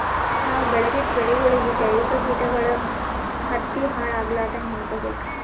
ನಾವ್ ಬೆಳೆದಿದ್ದ ಬೆಳಿಗೊಳಿಗಿ ಜೈವಿಕ್ ಕೀಟಗಳು ಹತ್ತಿ ಹಾಳ್ ಆಗಲಾರದಂಗ್ ನೊಡ್ಕೊಬೇಕ್